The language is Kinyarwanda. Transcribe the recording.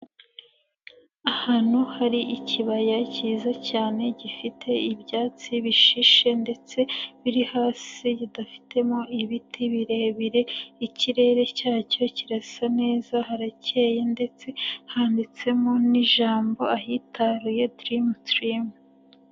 Ahantu hari ikibaya kiza cyane gifite ibyatsi bishishe ndetse biri hasi bidafitemo ibiti birebire ikirere cyacyo kirasa neza harakeye ndetse handitsemo n'ijambo ahitaruye dirimu tirimu.